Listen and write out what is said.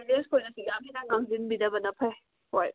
ꯄꯦꯔꯦꯟꯁꯈꯣꯏꯅꯁꯨ ꯌꯥꯝ ꯍꯦꯟꯅ ꯉꯥꯡꯁꯤꯟꯕꯤꯗꯕꯅ ꯐꯩ ꯍꯣꯏ